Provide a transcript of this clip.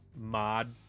mod